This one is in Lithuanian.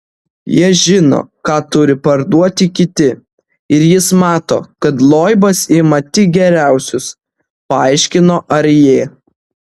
jie žino ką turi parduoti kiti ir jis mato kad loibas ima tik geriausius paaiškino arjė